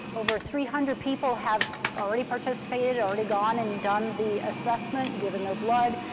over three hundred people have already participated, or already gone and done the assessment, given their blood.